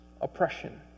oppression